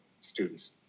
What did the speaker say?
students